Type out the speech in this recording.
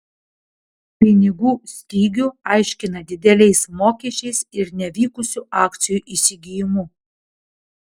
pinigų stygių aiškina dideliais mokesčiais ir nevykusiu akcijų įsigijimu